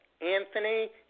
Anthony